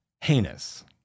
heinous